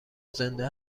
زنده